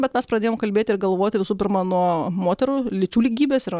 bet mes pradėjom kalbėti ir galvoti visų pirma nuo moterų lyčių lygybės ir